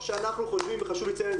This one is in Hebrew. חשוב לציין.